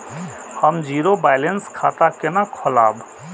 हम zero balance खाता केना खोलाब?